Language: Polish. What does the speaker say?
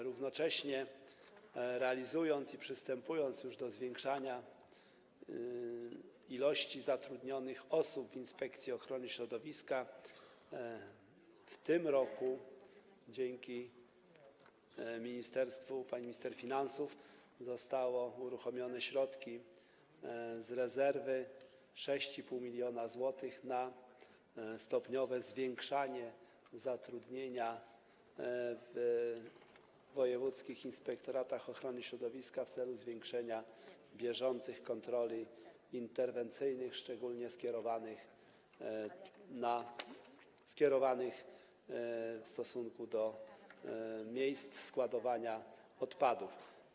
Równocześnie, realizując i przystępując już do zwiększania ilości zatrudnionych osób w Inspekcji Ochrony Środowiska, w tym roku dzięki ministerstwu, pani minister finansów zostały uruchomione środki z rezerwy - 6,5 mln zł na stopniowe zwiększanie zatrudnienia w wojewódzkich inspektoratach ochrony środowiska w celu zwiększenia bieżących kontroli interwencyjnych, szczególnie kierowanych do miejsc składowania odpadów.